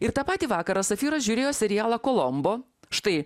ir tą patį vakarą safyras žiūrėjo serialą kolombo štai